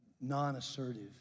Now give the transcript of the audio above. non-assertive